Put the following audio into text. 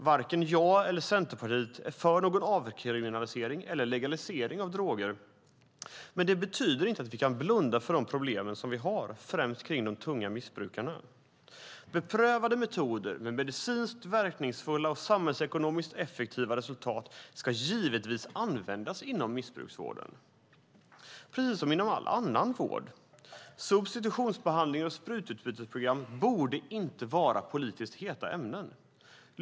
Varken jag eller Centerpartiet är för någon avkriminalisering eller legalisering av droger, men det betyder inte att vi kan blunda för de problem vi har, främst kring de tunga missbrukarna. Beprövade metoder med medicinskt verkningsfulla och samhällsekonomiskt effektiva resultat ska givetvis användas inom missbruksvården, precis som inom all annan vård. Substitutionsbehandlingar och sprututbytesprogram borde inte vara politiskt heta ämnen.